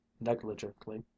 negligently